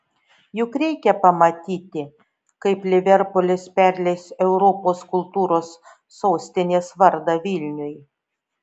juk reikia pamatyti kaip liverpulis perleis europos kultūros sostinės vardą vilniui